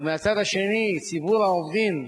ומהצד השני ציבור העובדים,